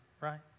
right